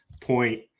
point